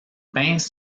pinces